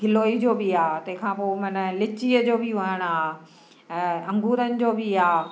गिलोइ जो बि आहे तंहिंखां पोइ माना लीचीअ जो बि वणु आहे ऐं अंगूरनि जो बि आहे